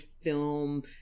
film